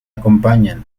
acompañan